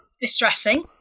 distressing